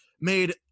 made